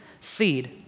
Seed